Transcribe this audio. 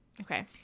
Okay